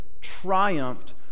triumphed